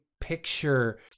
picture